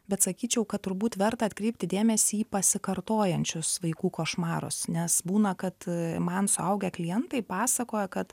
bet sakyčiau kad turbūt verta atkreipti dėmesį į pasikartojančius vaikų košmarus nes būna kad man suaugę klientai pasakoja kad